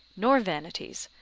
nor vanities,